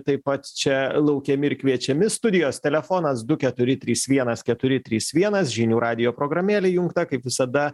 taip pat čia laukiami ir kviečiami studijos telefonas du keturi trys vienas keturi trys vienas žinių radijo programėlė jungta kaip visada